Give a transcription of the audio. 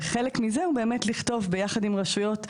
וחלק מזה הוא באמת לכתוב ביחד עם רשויות,